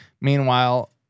Meanwhile